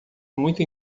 muito